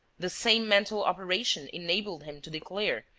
the same mental operation enabled him to declare,